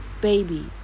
Baby